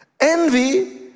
Envy